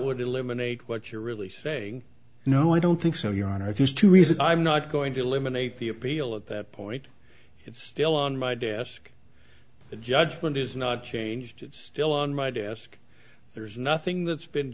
would eliminate what you're really saying no i don't think so your honor if he's to reason i'm not going to eliminate the appeal at that point it's still on my desk judgment is not changed it's still on my desk there's nothing that's been